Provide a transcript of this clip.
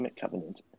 covenant